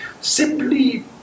simply